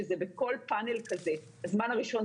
שזה בכל פאנל כזה - הזמן הראשון,